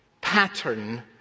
pattern